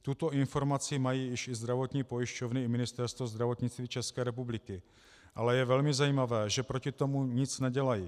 Tuto informaci mají už i zdravotní pojišťovny i Ministerstvo zdravotnictví České republiky, ale je velmi zajímavé, že proti tomu nic nedělají.